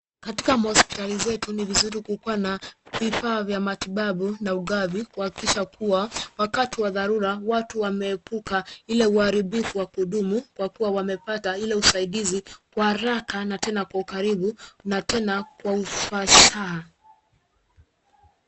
ni muhimu kupanga vizuri utoaji wa matibabu na rasilimali. Wafanyakazi wa afya wanapaswa kuhakikisha wagonjwa wanapata msaada wa haraka na endelevu, si tu mara moja bali mara nyingi, na pia wanapaswa kushirikiana na familia na jamii karibu na wagonjwa ili matokeo ya matibabu yawe bora zaidi